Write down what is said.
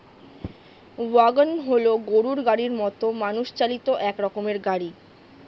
wagon হল গরুর গাড়ির মতো মানুষ চালিত এক রকমের গাড়ি